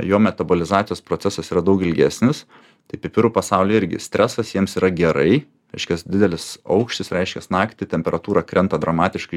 jo metalizacijos procesas yra daug ilgesnis tai pipirų pasaulyje irgi stresas jiems yra gerai reiškias didelis aukštis reiškiasi naktį temperatūra krenta dramatiškai